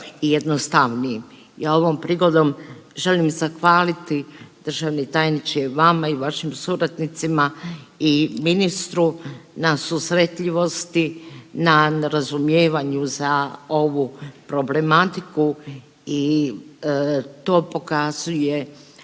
Ja ovom prigodom želim zahvaliti državni tajniče vama i vašim suradnicima i ministru na susretljivosti, na razumijevanju za ovu problematiku i to pokazuje